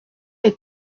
est